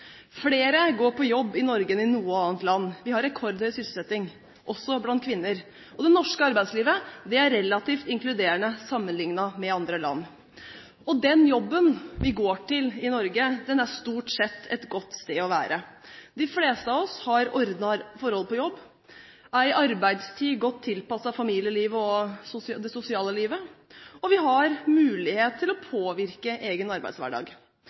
Flere går på jobb i Norge enn i noe annet land. Vi har rekordhøy sysselsetting – også blant kvinner. Det norske arbeidslivet er relativt inkluderende, sammenliknet med andre land. Den jobben vi går til i Norge, er stort sett et godt sted å være. De fleste av oss har ordnede forhold på jobb, en arbeidstid som er godt tilpasset familielivet og det sosiale livet, og vi har mulighet til å påvirke egen arbeidshverdag.